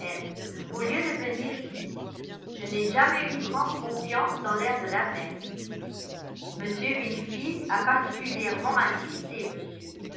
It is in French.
au lieu de venir ici je n'ai jamais eu grande confiance dans l'air de la mer m wingfield a particulièrement insisté monsieur